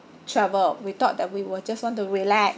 travel we thought that we will just want to relax